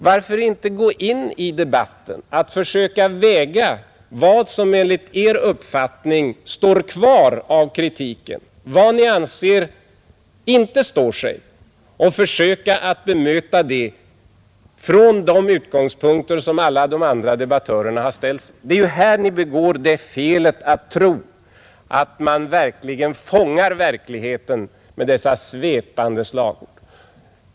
Varför inte gå in i debatten och försöka väga vad som enligt Er uppfattning står kvar av kritiken mot vad Ni anser inte står sig och försöka att bemöta det från de utgångspunkter som alla de andra debattörerna har använt? Ni begår felet att tro att man fångar verkligheten med svepande slagord.